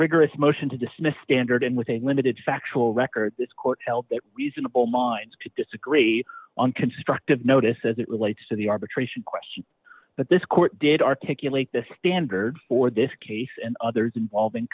rigorous motion to dismiss standard and with a limited factual record this court held that reasonable minds could disagree on constructive notice as it relates to the arbitration question but this court did articulate the standard for this case and others involving